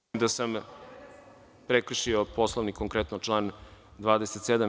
Kažete da sam prekršio Poslovnik, konkretno član 27.